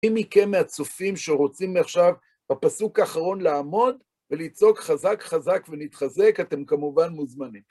מי מכם מהצופים שרוצים עכשיו בפסוק האחרון לעמוד ולצעוק: חזק חזק ונתחזק, אתם כמובן מוזמנים.